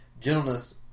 gentleness